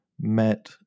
met